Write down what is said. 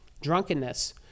drunkenness